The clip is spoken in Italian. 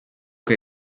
che